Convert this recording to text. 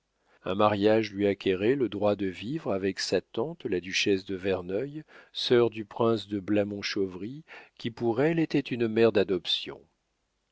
un mariage lui acquérait le droit de vivre avec sa tante la duchesse de verneuil sœur du prince de blamont-chauvry qui pour elle était une mère d'adoption